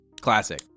Classic